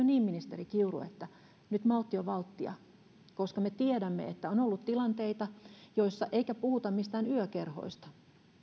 niin ministeri kiuru että nyt maltti on valttia me tiedämme että on ollut tilanteita eikä puhuta mistään yökerhoista